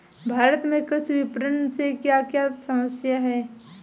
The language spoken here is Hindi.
भारत में कृषि विपणन से क्या क्या समस्या हैं?